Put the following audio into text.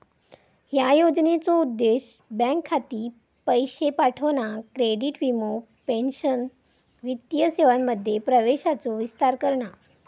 ह्या योजनेचो उद्देश बँक खाती, पैशे पाठवणा, क्रेडिट, वीमो, पेंशन वित्तीय सेवांमध्ये प्रवेशाचो विस्तार करणा